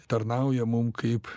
tarnauja mum kaip